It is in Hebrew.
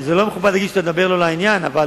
לא מכובד להגיד שאתה מדבר לא לעניין, אבל